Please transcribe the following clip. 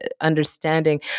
understanding